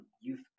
youth